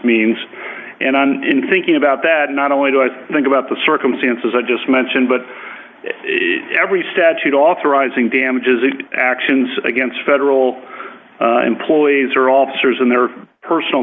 means and i'm thinking about that not only do i think about the circumstances i just mentioned but every statute authorizing damages is actions against federal employees or officers in their personal